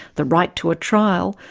the right to a trial,